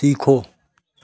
सीखो